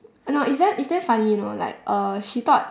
no it's damn it's damn funny you know like uh she thought